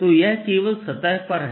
तो यह केवल सतह पर है